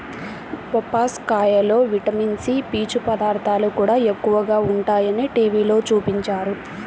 బొప్పాస్కాయలో vitamin C, పీచు పదార్థాలు కూడా ఎక్కువగా ఉంటయ్యని టీవీలో చూపించారు